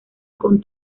con